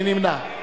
מי נמנע?